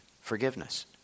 forgiveness